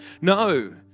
No